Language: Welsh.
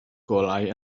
golau